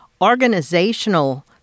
organizational